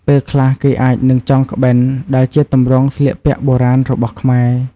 ពេលខ្លះគេអាចនឹងចងក្បិន ដែលជាទម្រង់ស្លៀកពាក់បុរាណរបស់ខ្មែរ។